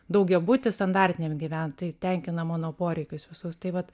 daugiabuty standartiniam gyvent tai tenkina mano poreikius visus taip vat